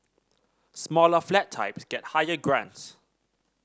smaller flat types get higher grants